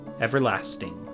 everlasting